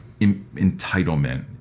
entitlement